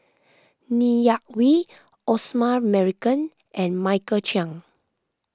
Ng Yak Whee Osman Merican and Michael Chiang